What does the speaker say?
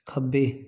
ਖੱਬੇ